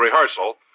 rehearsal